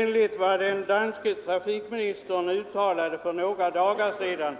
Enligt vad den danske trafikministern uttalade för några dagar sedan